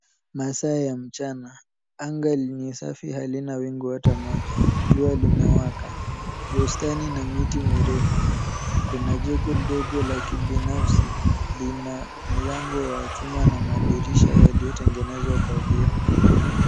Masaa ya mchana, anga ni safi halina wingu ata moja. Jua limewaka. Bustani na miti mirefu. Kuna jengo dogo la kibinafsi, lina mlango wa chuma na madirisha yaliyotengenezwa kwa vioo.